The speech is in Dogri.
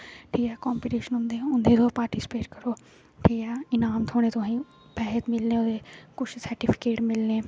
जेहडे कम्पीटिशन होंदे उन्दे च तुस पार्टीस्पेट करो इनाम थ्होने तुसेगी पेसे मिलने ओहदे कुछ सार्टीफिकेट मिलने